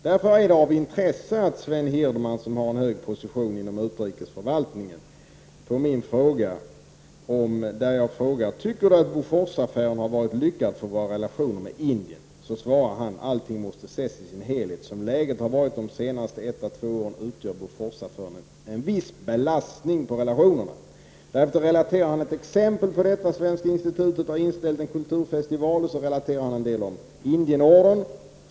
Därför är det av intresse att Sven Hirdman, som har en hög position inom utrikesförvaltningen, som svar på min fråga om han tycker att Boforsaffären har varit lyckad för våra relationer med Indien anför: Allting måste ses i sin helhet. Som läget har varit de senaste ett å två åren utgör Boforsaffären en viss belastning på relationerna. Därefter relaterar han ett exempel på detta: Svenska institutet har inställt en kulturfestival. Han relaterar en del om Indienordern.